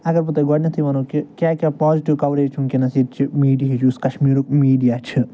اَگر بہٕ تۄہہِ گۄڈٕنٮ۪تھٕے وَنو کہِ کیٛاہ کیٛاہ پازِٹِو کَوریج چھِ وٕنۍکٮ۪نَس ییٚتہِ چہٕ میٖڈِہِچ یُس کَشمیٖرُک میٖڈِیا چھِ